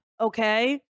Okay